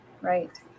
Right